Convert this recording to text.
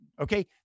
okay